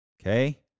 Okay